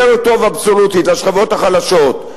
יותר טוב אבסולוטית לשכבות החלשות,